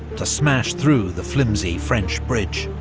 to smash through the flimsy french bridge.